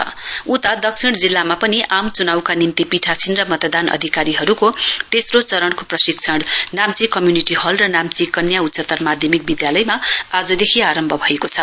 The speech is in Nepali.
ट्रेनिङ साउथ डिस्ट्रिक दक्षिण जिल्लामा पनि आम च्नाउका निम्ति पीठासीन र मतदान अधिकारीहरूको तेस्रो चरणको प्रशिक्षण नाम्ची कम्युनिटी हल र नाम्ची कन्या उच्चत्तर माध्यमिक विद्यालयमा आजदेखि आरम्भ भएको छ